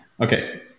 Okay